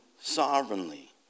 sovereignly